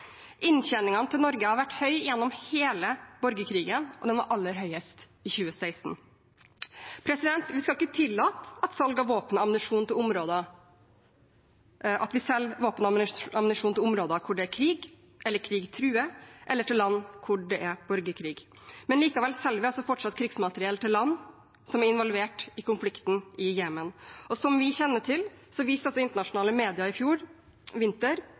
til Norge har vært høy gjennom hele borgerkrigen, og den var aller høyest i 2016. Vi skal ikke tillate at vi selger våpen og ammunisjon til områder der det er krig, der krig truer, eller til land der det er borgerkrig. Men likevel selger vi fortsatt krigsmateriell til land som er involvert i konflikten i Jemen. Som vi kjenner til, viste internasjonale medier i fjor vinter